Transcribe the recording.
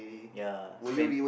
ya spend